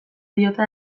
diote